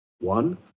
One